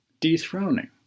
dethroning